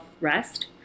rest